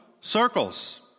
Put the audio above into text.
circles